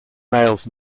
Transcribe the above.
males